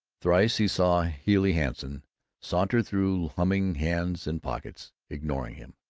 thrice he saw healey hanson saunter through, humming, hands in pockets, ignoring him.